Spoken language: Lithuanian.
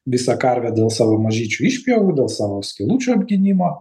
visą karvę dėl savo mažyčių išpjovų dėl savo skylučių apgynimo